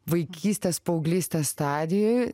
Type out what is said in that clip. vaikystės paauglystės stadijoj